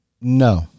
No